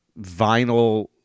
vinyl